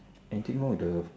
anything wrong with the